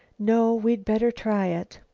no, we'd better try it.